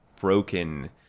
broken